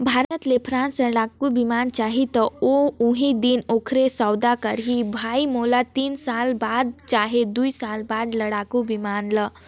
भारत ल फ्रांस ले लड़ाकु बिमान चाहीं त ओहा उहीं दिन ओखर सौदा करहीं भई मोला तीन साल कर बाद चहे दुई साल बाद लड़ाकू बिमान ल